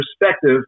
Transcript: perspective